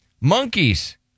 monkeys